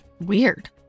Weird